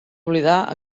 oblidar